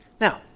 Now